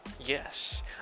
yes